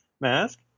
mask